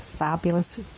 fabulous